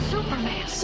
Superman